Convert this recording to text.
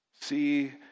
see